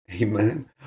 Amen